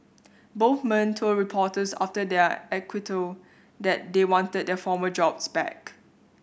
both men told reporters after their acquittal that they wanted their former jobs back